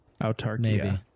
autarkia